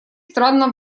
странно